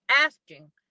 asking